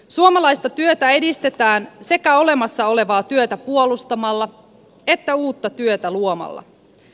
suomalaista työtä edistetään sekä olemassa olevaa työtä puolustamalla että uutta työtä luomalla